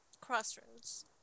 crossroads